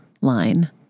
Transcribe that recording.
line